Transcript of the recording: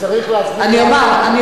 צריך להסביר לעפו אגבאריה, אני אומר.